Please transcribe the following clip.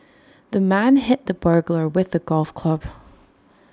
the man hit the burglar with A golf club